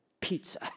pizza